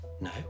No